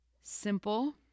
simple